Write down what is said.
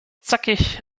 zackig